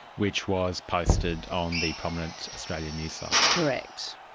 which was posted on the prominent australian news site? correct.